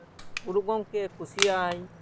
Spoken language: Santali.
ᱜᱩᱨᱩ ᱜᱚᱝᱠᱮ ᱠᱩᱥᱤᱭᱟᱭ